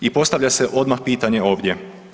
I postavlja se odmah pitanje ovdje.